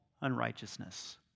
unrighteousness